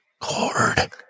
cord